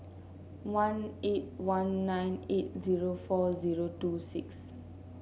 one eight one nine eight zero four zero two six